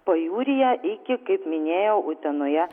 pajūryje iki kaip minėjau utenoje